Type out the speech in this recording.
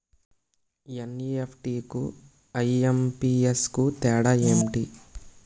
NEFT కు IMPS కు తేడా ఎంటి?